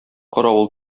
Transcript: каравыл